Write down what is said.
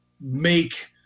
make